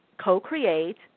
co-create